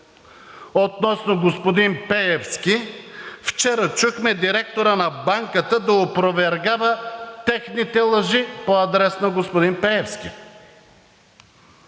относно господин Пеевски, вчера чухме директора на Банката да опровергава техните лъжи по адрес на господин Пеевски.